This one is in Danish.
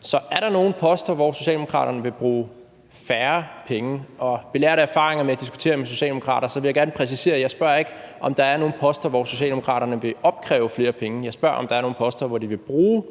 Så er der nogle poster, hvor Socialdemokratiet vil bruge færre penge? Og belært af erfaringer med at diskutere med socialdemokrater vil jeg gerne præcisere, at jeg ikke spørger, om der er nogle poster, hvor Socialdemokraterne vil opkræve flere penge – jeg spørger, om der er nogle poster, hvor de vil bruge